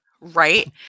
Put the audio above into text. right